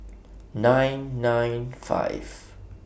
nine nine five